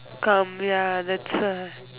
come ya that's why